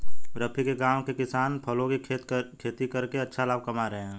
रफी के गांव के किसान फलों की खेती करके अच्छा लाभ कमा रहे हैं